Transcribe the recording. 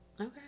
Okay